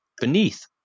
Beneath